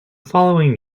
following